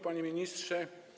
Panie Ministrze!